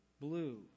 blue